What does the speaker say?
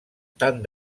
tant